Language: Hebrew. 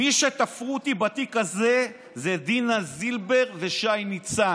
מי שתפרו אותי בתיק הזה זה דינה זילבר ושי ניצן.